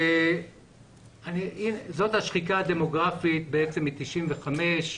זאת השחיקה הדמוגרפית מ-1995.